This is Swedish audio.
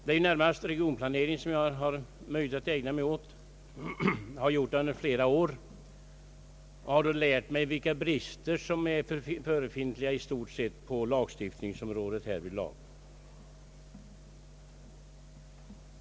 Det är närmast regionplanering som jag har haft möjlighet att ägna mig åt — jag har gjort det under flera år — och jag har då lärt mig vilka brister som finns på lagstiftningsområdet härvidlag.